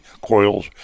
coils